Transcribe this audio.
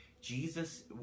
Jesus